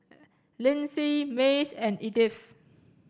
Lynsey Mace and Edyth